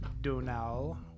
Donal